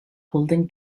holding